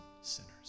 sinners